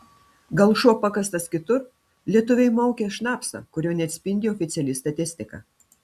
gal šuo pakastas kitur lietuviai maukia šnapsą kurio neatspindi oficiali statistika